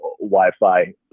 Wi-Fi